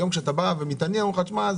היום כשאתה מתעניין אומרים לך: שמע,